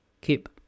keep